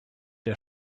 der